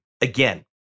Again